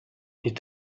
die